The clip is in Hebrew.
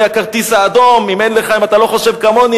הכרטיס האדום: אם אתה לא חושב כמוני,